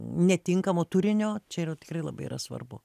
netinkamo turinio čia yra tikrai labai yra svarbu